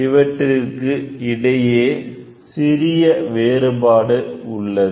இவற்றிற்கு இடையே சிறிய வேறுபாடு உள்ளது